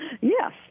Yes